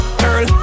girl